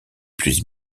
plus